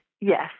Yes